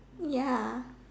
ya